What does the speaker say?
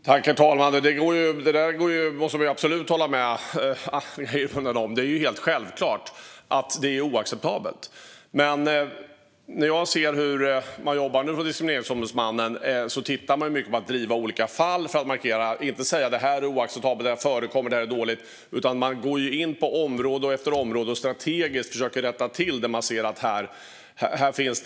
Herr talman! Detta håller jag absolut med Annika Hirvonen om. Det är helt självklart att det är oacceptabelt. Jag ser hur man jobbar hos Diskrimineringsombudsmannen och hur man tittar på och driver olika fall. Man gör det inte för att säga vad som är oacceptabelt, vad som förekommer och vad som är dåligt, utan man går in på område efter område och försöker strategiskt rätta till det som gör att människor far illa.